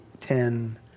Ten